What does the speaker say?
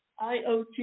IoT